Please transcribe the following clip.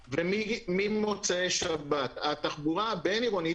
פעולה וימשיכו להתנהל באותה התנהלות שהייתה לפני הקורונה.